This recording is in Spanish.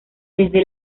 desde